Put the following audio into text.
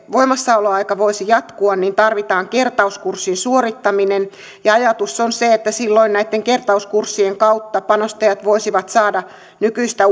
voimassaoloaika voisi jatkua tarvitaan kertauskurssin suorittaminen ja ajatus on se että silloin näitten kertauskurssien kautta panostajat voisivat saada nykyistä